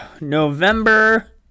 November